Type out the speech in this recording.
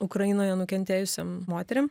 ukrainoje nukentėjusiom moterim